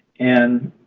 and